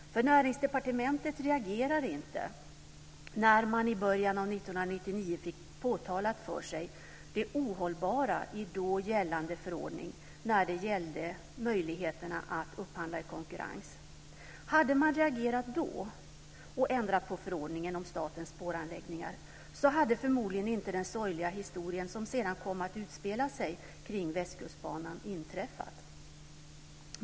Näringsdepartementet reagerar nämligen inte när man i början av 1999 fick påtalat för sig det ohållbara i då gällande förordning när det gällde möjligheterna att upphandla i konkurrens. Hade man reagerat då, och ändrat på förordningen om statens spåranläggningar så hade förmodligen inte den sorgliga historia som sedan kom att utspela sig kring Västkustbanan inträffat.